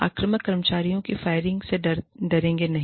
आक्रामक कर्मचारियों की फायरिंग से डरेंगे नहीं